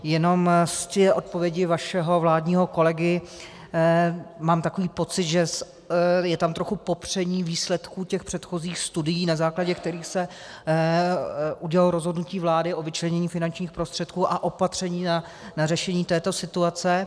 Jenom z odpovědi vašeho vládního kolegy mám takový pocit, že je tam trochu popření výsledků předchozích studií, na základě kterých se udělalo rozhodnutí vlády o vyčlenění finančních prostředků a opatření na řešení této situace.